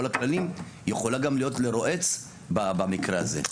הכללים יכולה גם להיות לרועץ במקרה הזה,